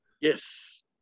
Yes